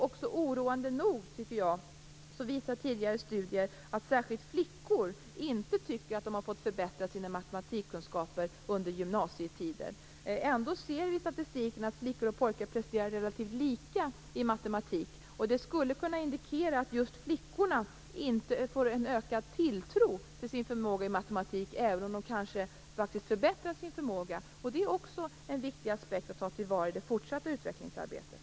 Oroande nog visar tidigare studier att särskilt flickor inte tycker att de har fått förbättra sina matematikkunskaper under gymnasietiden. Ändå ser vi i statistiken att flickor och pojkar presterar relativt lika i matematik. Det skulle kunna indikera att just flickorna inte får en ökad tilltro till sin förmåga i matematik, även om de kanske förbättrar sin förmåga. Det är också en viktig aspekt att ta till vara i det fortsatta utvecklingsarbetet.